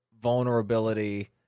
vulnerability